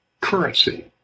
currency